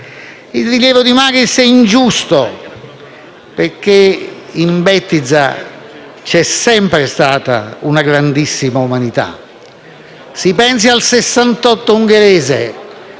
Il rilievo di Magris è ingiusto, perché in Bettiza c'è sempre stata una grandissima umanità. Si pensi al Sessantotto